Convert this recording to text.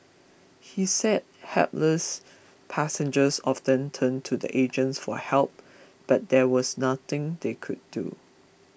he said hapless passengers often turned to the agents for help but there was nothing they could do